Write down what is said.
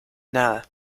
nada